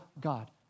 God